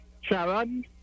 Sharon